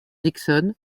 dixon